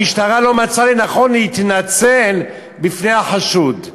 המשטרה לא מצאה לנכון להתנצל בפני החשוד.